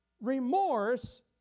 Remorse